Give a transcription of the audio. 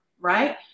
right